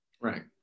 Right